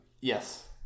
Yes